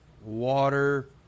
Water